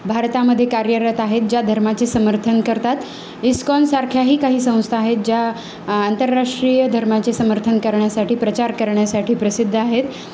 भारतामध्ये कार्यरत आहेत ज्या धर्माचे समर्थन करतात इस्कॉनसारख्याही काही संस्था आहेत ज्या आंतरराष्ट्रीय धर्माचे समर्थन करण्यासाठी प्रचार करण्यासाठी प्रसिद्ध आहेत